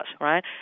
right